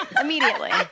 Immediately